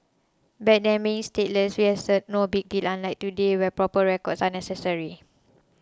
back then being stateless was no big deal unlike today where proper records are necessary